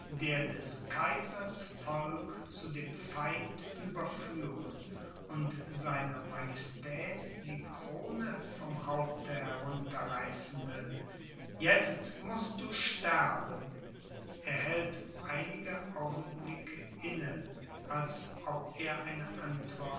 der des kaisers volk zu dem feind überführen und seiner majestät die krone vom haupte herunter reißen will jetzt mußt du sterben er hält einige augenblicke inne als ob er eine